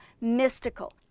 mystical